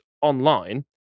online